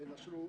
נשרו